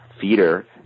feeder